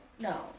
no